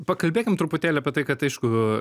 pakalbėkim truputėlį apie tai kad aišku